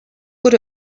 good